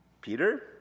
Peter